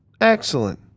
Excellent